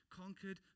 conquered